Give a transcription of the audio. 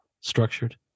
structured